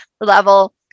level